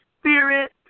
Spirit